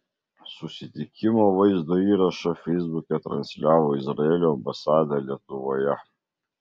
susitikimo vaizdo įrašą feisbuke transliavo izraelio ambasada lietuvoje